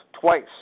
twice